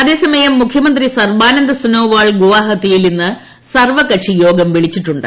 അതേസമയം മുഖ്യമന്ത്രി സർബാനന്ദ സോനോവാൾ ഗുവാഹത്തിയിൽ ഇന്ന് സർവകക്ഷിയോഗം വിളിച്ചിട്ടുണ്ട്